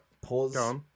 pause